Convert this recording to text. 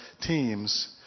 teams